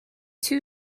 two